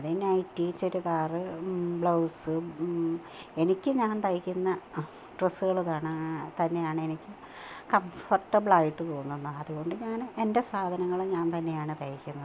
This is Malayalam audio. പിന്നെ നൈറ്റി ചുരിദാര് ബ്ലൗസ് എനിക്ക് ഞാന് തയ്ക്കുന്ന ഡ്രസ്സുകൾ തന്നെയാണ് എനിക്ക് കംഫര്ട്ടബിളായിട്ടു തോന്നുന്നത് അതുകൊണ്ട് ഞാൻ എന്റെ സാധനങ്ങൾ ഞാന് തന്നെയാണ് തയ്ക്കുന്നത്